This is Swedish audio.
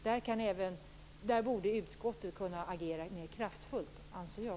Där borde utskottet kunna agera mer kraftfullt, anser jag.